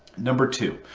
number two.